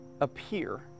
appear